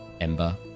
Ember